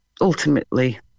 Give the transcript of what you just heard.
ultimately